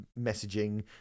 messaging